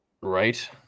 Right